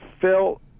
Phil